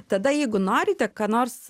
tada jeigu norite ką nors